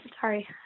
sorry